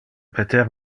peter